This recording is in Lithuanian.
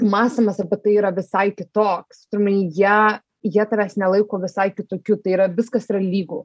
mąstymas apie tai yra visai kitoks turiu omeny jie jie tavęs nelaiko visai kitokiu tai yra viskas yra lygu